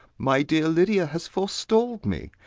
my dear lydia has forestalled me.